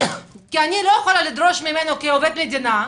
אני לא יכולה לדרוש ממנו כעובד מדינה,